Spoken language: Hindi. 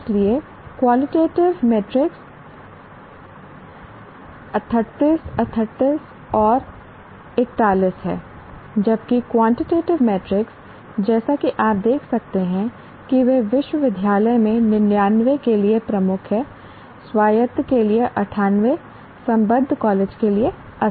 इसलिए क्वालिटेटिव मीट्रिक 38 38 और 41 हैं जबकि क्वानटेटिव मैट्रिक्स जैसा कि आप देख सकते हैं कि वे विश्वविद्यालय में 99 के लिए प्रमुख हैं स्वायत्त के लिए 98 संबद्ध कॉलेज के लिए 80